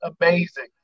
amazing